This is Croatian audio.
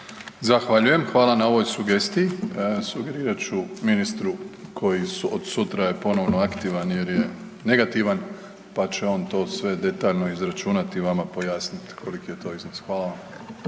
Zahvaljujem. Hvala na ovoj sugestiji. Sugerirat ću ministru koji je od sutra aktivan jer je negativan pa će on to sve detaljno izračunati i vama pojasniti koliki je to iznos. Hvala vam.